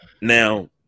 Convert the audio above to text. Now